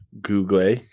Google